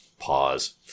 pause